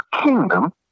kingdom